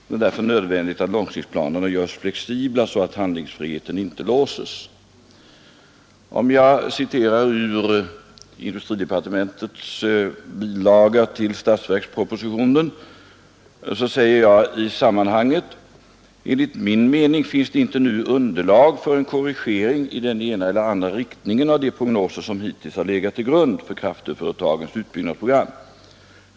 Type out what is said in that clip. Det är därför nödvändigt att långsiktsplanerna görs flexibla så att handlingsfriheten inte låses.” Låt mig också citera ur vad jag säger i detta sammanhang i industridepartementets bilaga till statsverkspropositionen: ”Enligt min mening finns det inte nu underlag för en korrigering i den ena eller andra riktningen av de prognoser som hittills har legat till grund för kraftföretagens utbyggnadsprogram.